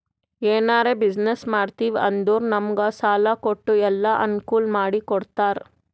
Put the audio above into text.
ಎನಾರೇ ಬಿಸಿನ್ನೆಸ್ ಮಾಡ್ತಿವಿ ಅಂದುರ್ ನಮುಗ್ ಸಾಲಾ ಕೊಟ್ಟು ಎಲ್ಲಾ ಅನ್ಕೂಲ್ ಮಾಡಿ ಕೊಡ್ತಾರ್